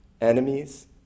enemies